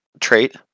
trait